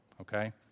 okay